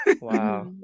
Wow